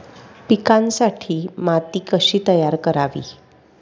पिकांसाठी माती कशी तयार करावी?